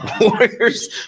Warriors